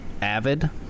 Avid